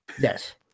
Yes